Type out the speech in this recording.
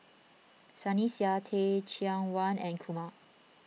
Sunny Sia Teh Cheang Wan and Kumar